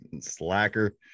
Slacker